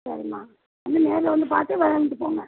சரிம்மா வந்து நேர்ல வந்து பார்த்து வாங்கிட்டுப் போங்க